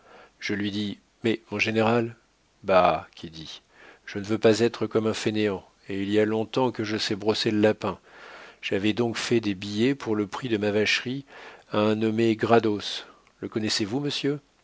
je lui dis mais mon général bah qui dit je ne veux pas être comme un fainéant et il y a long-temps que je sais brosser le lapin j'avais donc fait des billets pour le prix de ma vacherie à un nommé grados le connaissez-vous monsieur